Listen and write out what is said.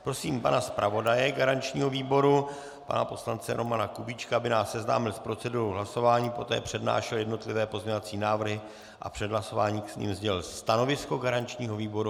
Prosím pana zpravodaje garančního výboru, pana poslance Romana Kubíčka, aby nás seznámil s procedurou hlasování, poté přednášel jednotlivé pozměňovací návrhy a před hlasováním k nim sdělil stanovisko garančního výboru.